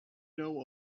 know